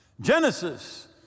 Genesis